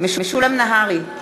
משולם נהרי,